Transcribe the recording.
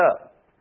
up